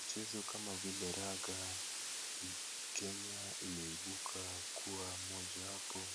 Mchezo kama vile raga, Kenya imeibuka kuwa mojayapo